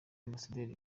ambasaderi